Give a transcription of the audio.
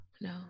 No